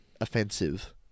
offensive